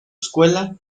escuela